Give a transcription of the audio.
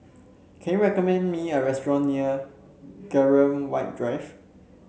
can you recommend me a restaurant near Graham White Drive